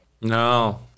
No